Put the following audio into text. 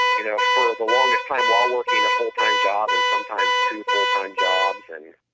you know for the longest time while working a fulltime job and sometimes two fulltime jobs and,